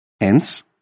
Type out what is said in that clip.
Hence